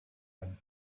beim